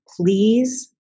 please